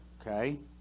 Okay